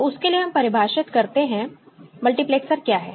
तो उसके लिए हम परिभाषित करते हैं मल्टीप्लैक्सर क्या है